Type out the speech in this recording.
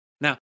Now